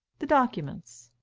the documents?